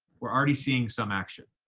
we're already seeing some action.